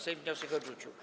Sejm wniosek odrzucił.